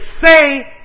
say